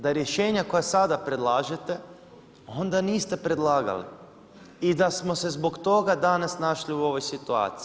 Da rješenja koja sada predlažete onda niste predlagali i da smo se zbog toga danas našli u ovoj situaciji.